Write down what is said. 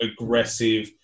aggressive